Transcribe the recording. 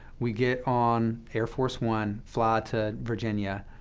we get on air force one, fly to virginia.